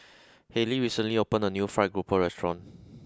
Hayleigh recently opened a new Fried Grouper restaurant